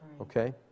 okay